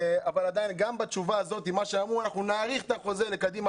עדיין גם בתשובה הזאת נאמר שהם יאריכו את החוזה לקדימה